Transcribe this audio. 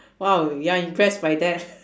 !wow! you are impressed by that